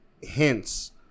hints